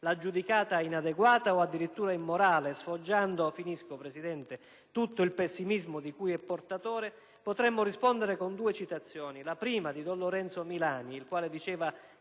l'ha giudicata inadeguata o, addirittura, immorale, sfoggiando tutto il pessimismo di cui è portatore, potremmo rispondere con due citazioni. La prima è di don Lorenzo Milani, il quale diceva